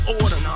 order